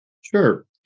Sure